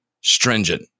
stringent